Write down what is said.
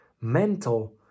mental